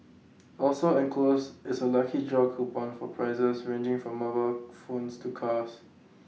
also enclosed is A lucky draw coupon for prizes ranging from mobile phones to cars